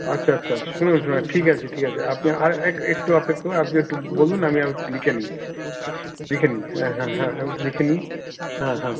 আচ্ছা আচ্ছা শুনুন শুনুন আর ঠিক আছে ঠিক আছে আপনি আর এক একটু অপেক্ষা করুন আপনি একটু বলুন আমি একটু লিখে নিই লিখে নিই হ্যাঁ হ্যাঁ হ্যাঁ আমি একটু লিখে নিই হ্যাঁ হ্যাঁ